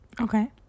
Okay